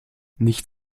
nicht